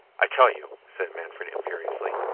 i tell you, said manfred imperiously,